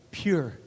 pure